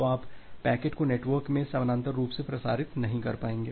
तो आप पैकेट को नेटवर्क में समानांतर रूप से प्रसारित नहीं कर पाएंगे